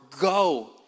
go